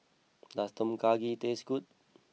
does Tom Kha Gai taste good